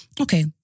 Okay